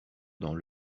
dans